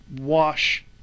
wash